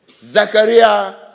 Zachariah